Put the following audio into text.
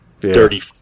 dirty